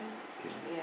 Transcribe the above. okay